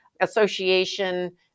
Association